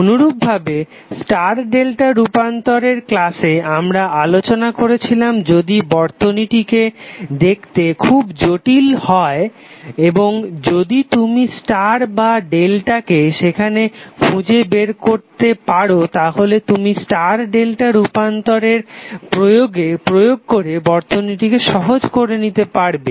অনুরূপভাবে star delta রুপান্তরের ক্লাসে আমরা আলোচনা করেছিলাম যদি বর্তনীটিকে দেখতে খুব জটিল মনে হয় এবং যদি তুমি স্টার বা ডেল্টাকে সেখানে খুঁজে বের করতে পারো তাহলে তুমি স্টার ডেল্টা রুপান্তরের প্রয়োগ করে বর্তনীটিকে সহজ করে নিতে পারবে